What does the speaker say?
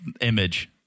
image